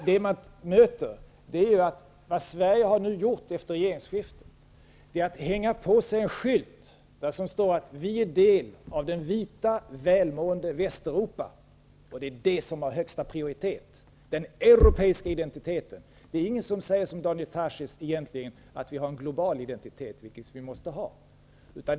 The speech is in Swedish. Det Sverige nu gjort efter regeringsskiftet är att hänga på sig en skylt där det står: Vi är en del av det vita, välmående Västeuropa. Det är detta som har högsta prioritet -- den europeiska identiteten. Det är egentligen nästan ingen som säger som Daniel Tarschys, nämligen att vi har en global identitet, vilket vi måste ha.